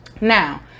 Now